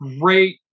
great